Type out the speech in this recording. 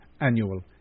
annual